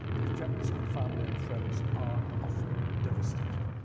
the effects on family and friends are often devastating.